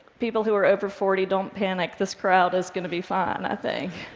people who are over forty, don't panic. this crowd is going to be fine, i think.